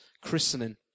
christening